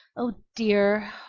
oh dear!